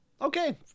Okay